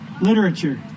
literature